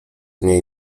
niej